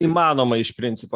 įmanoma iš principo